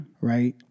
Right